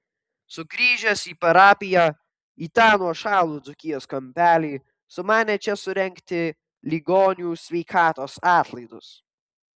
sugrįžęs į parapiją į tą nuošalų dzūkijos kampelį sumanė čia surengti ligonių sveikatos atlaidus